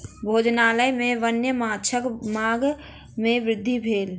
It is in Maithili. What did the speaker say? भोजनालय में वन्य माँछक मांग में वृद्धि भेल